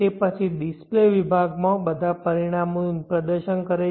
તે પછી ડિસ્પ્લે વિભાગ બધા પરિમાણોનું પ્રદર્શન કરે છે